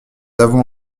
avons